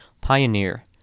pioneer